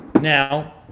Now